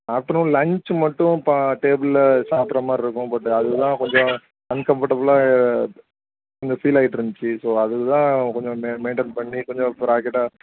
afternoon lunch மட்டும் பா டேபுளில் சாப்பிட்ற மாதிரி இருக்கும் பட்டு அதுதான் கொஞ்சம் அன்கம்ஃபர்ட்டபுள்லாக கொஞ்சம் ஃபீல் ஆகிட்டு இருந்துச்சி ஸோ அதுக்கு தான் கொஞ்சம் மெ மெயின்டெயின் பண்ணி கொஞ்சம்